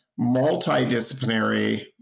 multidisciplinary